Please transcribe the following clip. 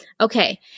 Okay